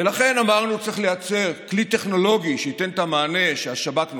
ולכן אמרנו שצריך לייצר כלי טכנולוגי שייתן את המענה שהשב"כ נותן,